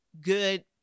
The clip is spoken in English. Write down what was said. good